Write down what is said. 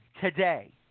today